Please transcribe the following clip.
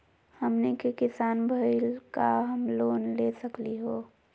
हमनी के किसान भईल, का हम लोन ले सकली हो?